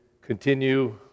continue